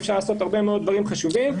אפשר לעשות הרבה מאוד דברים חשובים.